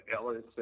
Ellis